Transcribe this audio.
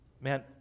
Man